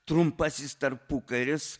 trumpasis tarpukaris